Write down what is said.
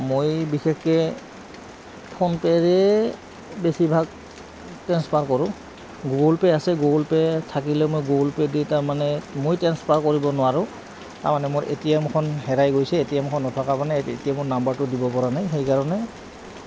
মই বিশেষকে ফোনপে'ৰে বেছিভাগ ট্ৰেঞ্চফাৰ কৰোঁ গুগল পে' আছে গুগল পে' থাকিলে মই গুগল পে' দি তাৰমানে মই ট্ৰেঞ্চফাৰ কৰিব নোৱাৰোঁ তাৰমানে মোৰ এ টি এমখন হেৰাই গৈছে এ টি এমখন নথকা মানে এ টি এমৰ নাম্বাৰটো দিব পৰা নাই সেইকাৰণে